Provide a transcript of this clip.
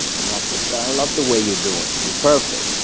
and rob said, but i love the way you're doing it. you're perfect.